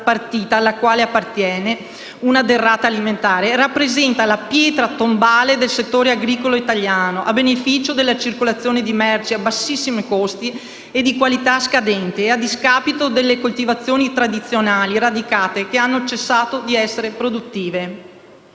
la partita alla quale appartiene una derrata alimentare, rappresenta la pietra tombale del settore agricolo italiano a beneficio della circolazione di merci a bassissimi costi e di qualità scadente e a discapito delle coltivazioni tradizionali e radicate che hanno cessato di essere produttive.